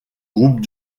groupes